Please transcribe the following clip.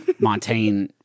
Montaigne